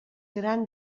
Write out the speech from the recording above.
gran